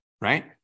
Right